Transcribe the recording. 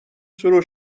شروع